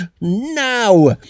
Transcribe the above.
now